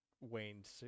waned